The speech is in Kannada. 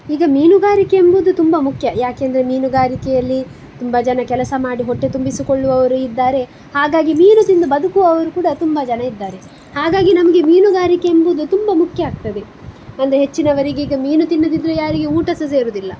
ಈಗ ಮೀನುಗಾರಿಕೆ ಎಂಬುದು ತುಂಬ ಮುಖ್ಯ ಯಾಕಂದ್ರೆ ಮೀನುಗಾರಿಕೆಯಲ್ಲಿ ತುಂಬ ಜನ ಕೆಲಸ ಮಾಡಿ ಹೊಟ್ಟೆ ತುಂಬಿಸಿಕೊಳ್ಳುವವರು ಇದ್ದಾರೆ ಹಾಗಾಗಿ ಮೀನು ತಿಂದು ಬದುಕುವವರು ಕೂಡ ತುಂಬ ಜನ ಇದ್ದಾರೆ ಹಾಗಾಗಿ ನಮಗೆ ಮೀನುಗಾರಿಕೆ ಎಂಬುದು ತುಂಬ ಮುಖ್ಯ ಆಗ್ತದೆ ಅಂದರೆ ಹೆಚ್ಚಿನವರಿಗೆ ಈಗ ಮೀನು ತಿನ್ನೋದಿದ್ರೆ ಯಾರಿಗೆ ಊಟ ಸಹ ಸೇರೋದಿಲ್ಲ